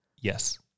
Yes